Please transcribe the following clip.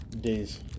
days